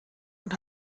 und